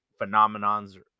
phenomenons